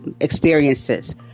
experiences